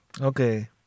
okay